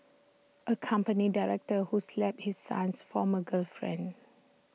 A company director who slapped his son's former girlfriend